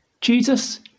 Jesus